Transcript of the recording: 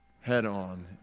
head-on